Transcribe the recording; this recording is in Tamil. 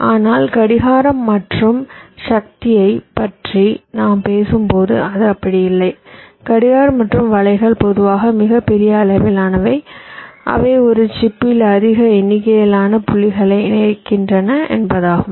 ஆனால் கடிகாரம் மற்றும் சக்தியைப் பற்றி நாம் பேசும்போது அது அப்படி இல்லை கடிகாரம் மற்றும் வலைகள் பொதுவாக மிகப் பெரிய அளவிலானவை அவை ஒரு சிப்பில் அதிக எண்ணிக்கையிலான புள்ளிகளை இணைக்கின்றன என்பதாகும்